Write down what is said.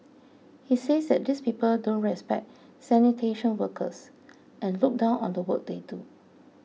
he says that these people don't respect sanitation workers and look down on the work they do